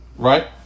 Right